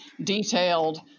detailed